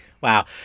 Wow